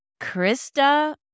Krista